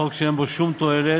חוק שאין בו שום תועלת.